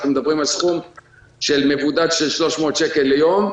אנחנו מדברים על סכום למבודד של 300 שקל ליום,